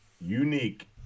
unique